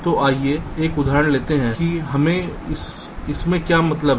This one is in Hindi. तो आइए एक उदाहरण लेते हैं कि हमें इससे क्या मतलब है